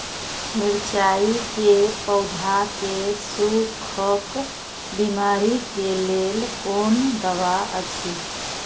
मिरचाई के पौधा के सुखक बिमारी के लेल कोन दवा अछि?